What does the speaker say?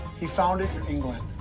he found it in england.